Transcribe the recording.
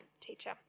teacher